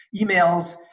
emails